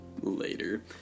later